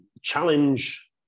challenge